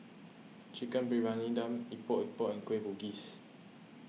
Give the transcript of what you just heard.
Chicken Briyani Dum Epok Epok and Kueh Bugis